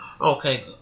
Okay